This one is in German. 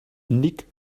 nick